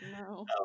no